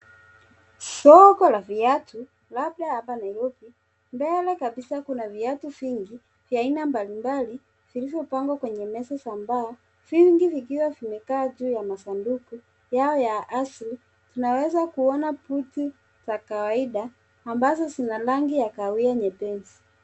Soko la viatu labda hapa nairobi. Mble kabisa kuna viatu vingi vya aina mbalimbali vilivyopangwa kwenye meza za mbao vingi vikiwa vimekaa juu ya msanduku yao ya asili. Tunaweza kuona buti za kawaida ambazo zina rangi ya kahawia nyepesi.